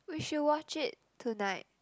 we should watch it tonight